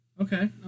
Okay